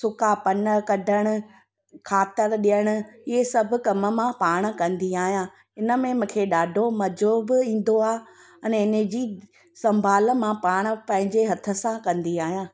सुका पन कढणु खातर ॾियणु इहे सभु कम मां पाण कंदी आहियां इन में मूंखे ॾाढो मज़ो बि ईंदो आहे अने इनजी संभाल मां पाण पंहिंजे हथ सां कंदी आहियां